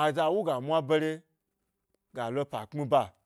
aza wuga mwa bare ga lo pa kpmi ba.